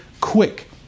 quick